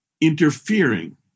interfering